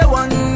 one